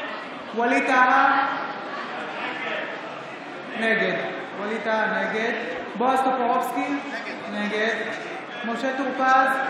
ווליד טאהא, נגד בועז טופורובסקי, נגד משה טור פז,